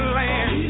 land